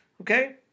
Okay